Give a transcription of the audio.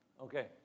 Okay